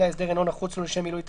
ההסדר אינו נחוץ לו לשם מילוי תפקידו,